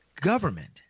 government